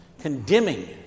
condemning